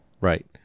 Right